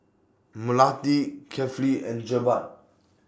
Melati Kefli and Jebat